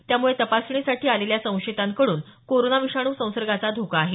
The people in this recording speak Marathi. यामुळे तपासणीसाठी आलेल्या संशयितांकडून कोरोना विषाणू संसर्गाचा धोका आहे